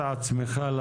אלקבץ.